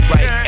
Right